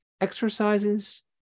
exercises